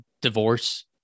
divorce